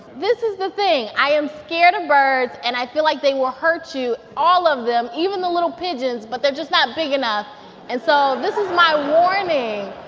this is the thing. i am scared of birds. and i feel like they were hurt you, all of them, even the little pigeons. but they're just not big enough and so this is my warning.